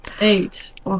Eight